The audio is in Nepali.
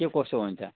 के कसो हुन्छ